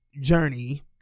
Journey